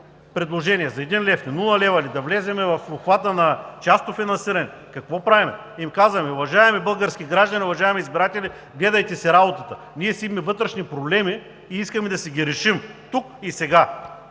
предложения – за един лев, за нула лева, да влезем ли в обхвата на частното финансиране, какво правим? Казваме им: уважаеми български граждани, уважаеми избиратели, гледайте си работата! Ние си имаме вътрешни проблеми и искаме да си ги решим тук и сега.